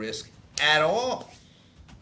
risk at all